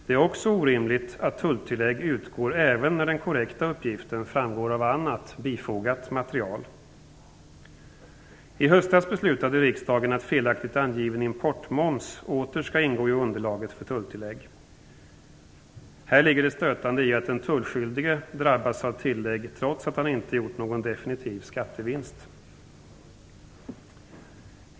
Det är också orimligt att tulltillägg utgår även när den korrekta uppgiften framgår av annat bifogat material. I höstas beslutade riksdagen att felaktigt angiven importmoms åter skall ingå i underlaget för tulltillägg. Här ligger det stötande i att den tullskyldige drabbas av tillägg trots att han inte gjort någon definitiv skattevinst.